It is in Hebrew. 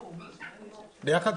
ביחד?